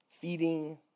feeding